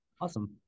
Awesome